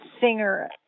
singer